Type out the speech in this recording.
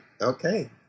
Okay